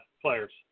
players